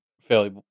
fairly